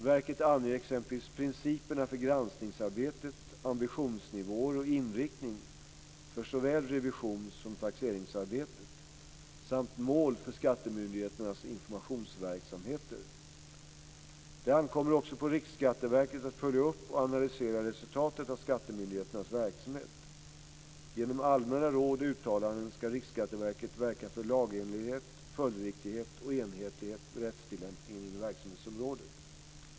Verket anger exempelvis principerna för granskningsarbetet, ambitionsnivåer och inriktning för såväl revisions som taxeringsarbetet samt mål för skattemyndigheternas informationsverksamheter. Det ankommer också på Riksskatteverket att följa upp och analysera resultatet av skattemyndigheternas verksamhet. Genom allmänna råd och uttalanden ska Riksskatteverket verka för lagenlighet, följdriktighet och enhetlighet vid rättstillämpningen inom verksamhetsområdet.